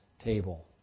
table